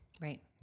Right